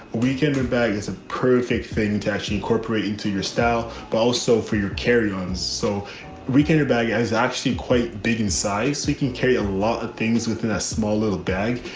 weekend and bag is a perfect thing to actually incorporate into your style, but also for your carry ons. so weekender bag and is actually quite big in size. we can carry a lot of things within a small little bag,